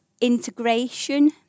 integration